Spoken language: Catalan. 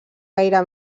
gaire